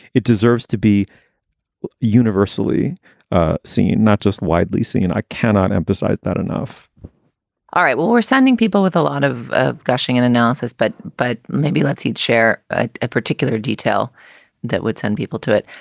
it deserves to be universally ah seen, not just widely seen. and i cannot emphasize that enough all right. well, we're sending people with a lot of of gushing in analysis, but but maybe let's each share ah a particular detail that would send people to it.